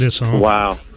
Wow